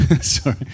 Sorry